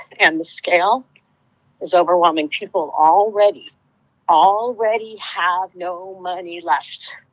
and the scale is overwhelming. people already already have no money left.